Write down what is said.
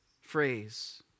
phrase